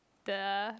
the